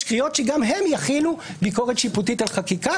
קריאות להחיל ביקורת שיפוטית על חקיקה,